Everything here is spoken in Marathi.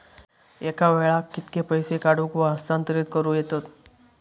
एका वेळाक कित्के पैसे काढूक व हस्तांतरित करूक येतत?